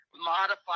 modified